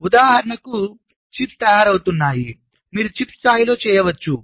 ఉదాహరణకు చిప్స్ తయారవుతున్నాయి మీరు చిప్స్ స్థాయిలో చేయవచ్చు